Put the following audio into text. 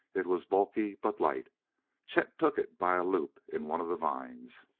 it was bulky but light chet took it by a loop in one of the vines.